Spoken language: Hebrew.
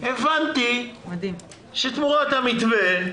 הבנתי שתמורת המתווה,